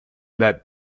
that